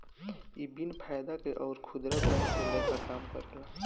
इ बिन फायदा के अउर खुदरा बैंक के लेखा काम करेला